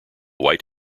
white